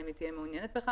אם היא תהיה מעוניינת בכך.